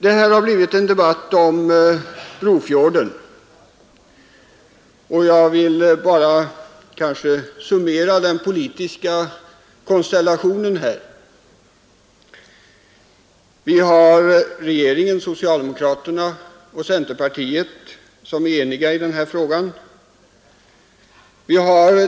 Detta har blivit en debatt om Brofjorden, och jag vill bara summera den politiska konstellationen här i riksdagen. Regeringen, socialdemokraterna och centerpartiet är eniga i denna fråga.